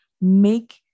make